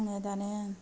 आङो दानो